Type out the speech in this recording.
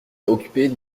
occupés